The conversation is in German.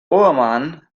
bohrmann